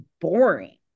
boring